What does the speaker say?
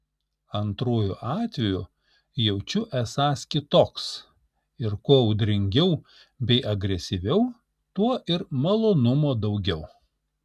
antruoju atveju jaučiu esąs kitoks ir kuo audringiau bei agresyviau tuo ir malonumo daugiau